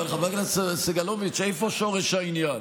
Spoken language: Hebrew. אבל חבר הכנסת סגלוביץ', איפה שורש העניין?